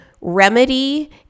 remedy